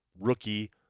rookie